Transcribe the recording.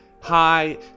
hi